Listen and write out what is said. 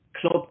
Club